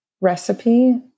recipe